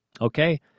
Okay